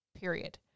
period